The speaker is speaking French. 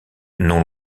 non